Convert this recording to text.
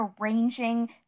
arranging